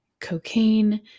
cocaine